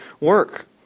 work